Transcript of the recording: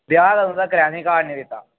ब्याह् कदूं तक्कर ऐ असेंगी कार्ड नि दित्ता